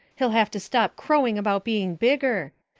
he'll have to stop crowing about being bigger.